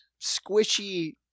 squishy